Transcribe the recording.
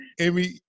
Amy